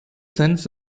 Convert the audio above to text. sense